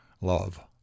love